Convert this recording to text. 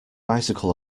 bicycle